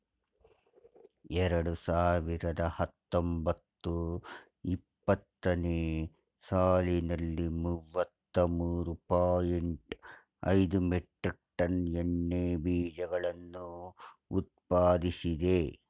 ಎರಡು ಸಾವಿರದ ಹತ್ತೊಂಬತ್ತು ಇಪ್ಪತ್ತನೇ ಸಾಲಿನಲ್ಲಿ ಮೂವತ್ತ ಮೂರು ಪಾಯಿಂಟ್ ಐದು ಮೆಟ್ರಿಕ್ ಟನ್ ಎಣ್ಣೆ ಬೀಜಗಳನ್ನು ಉತ್ಪಾದಿಸಿದೆ